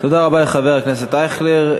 תודה רבה לחבר הכנסת אייכלר.